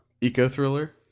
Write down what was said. Eco-thriller